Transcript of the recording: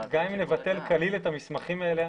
גם אם נבטל כליל את המסמכים האלה,